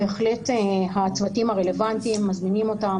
בהחלט הצוותים הרלוונטיים מזמינים אותם,